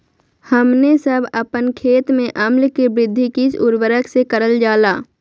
हमने सब अपन खेत में अम्ल कि वृद्धि किस उर्वरक से करलजाला?